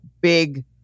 big